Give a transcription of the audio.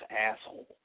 asshole